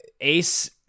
ace